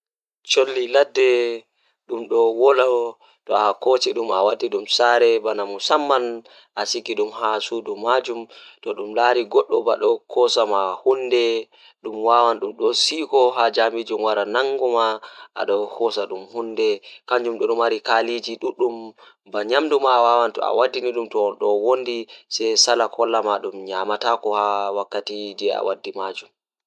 Parroti ɓe njifti ko tawii e hoore mum ko ɓe njangol kaɗɗum njiyam. ɓe waawi ngoodi fi fiye tawii ɓe njangol ngondi woyde, kadi ɓe njangol tawii ko e sa'a, ko sa'a, ɓe waawi njifti ngal.